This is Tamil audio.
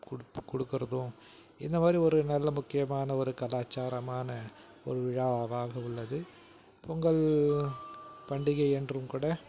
கொடுப்பு கொடுக்குறதும் இந்த மாதி ரி ஒரு நல்ல முக்கியமான ஒரு கலாச்சாரமான ஒரு விழாவாக உள்ளது பொங்கல் பண்டிகை என்றும் கூட